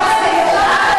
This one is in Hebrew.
האב מקבל,